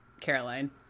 Caroline